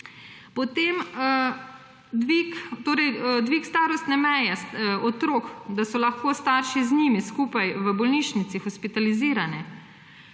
Potem dvig starostne meje otrok, da so lahko starši z njimi skupaj v bolnišnici hospitalizirani.